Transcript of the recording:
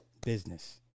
business